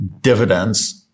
dividends